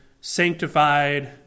sanctified